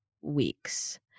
weeks